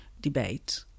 debate